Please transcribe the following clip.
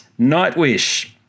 Nightwish